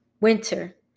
winter